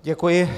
Děkuji.